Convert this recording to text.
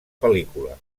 pel·lícula